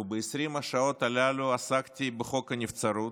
ב-20 השעות הללו עסקתי בחוק הנבצרות,